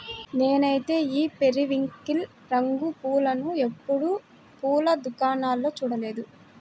నేనైతే ఈ పెరివింకిల్ రంగు పూలను ఎప్పుడు పూల దుకాణాల్లో చూడలేదు